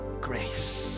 grace